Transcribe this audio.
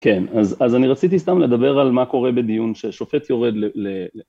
כן, אז, אז אני רציתי סתם לדבר על מה קורה בדיון ששופט יורד ל...